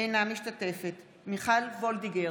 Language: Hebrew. אינה משתתפת בהצבעה מיכל וולדיגר,